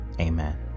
Amen